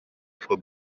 for